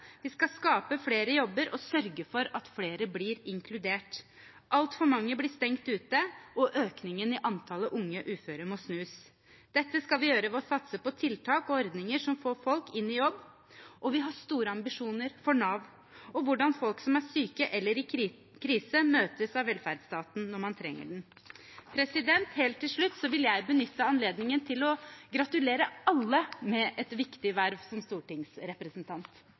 Vi skal skape flere jobber og sørge for at flere blir inkludert. Altfor mange blir stengt ute, og økningen i antallet unge uføre må snus. Dette skal vi gjøre ved å satse på tiltak og ordninger som får folk i jobb, og vi har store ambisjoner for Nav og hvordan folk som er syke eller i krise, møtes av velferdsstaten når man trenger den. Helt til slutt vil jeg benytte anledningen til å gratulere alle med et viktig verv som stortingsrepresentant.